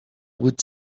would